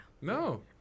No